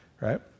right